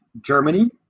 Germany